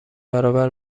برابر